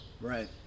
Right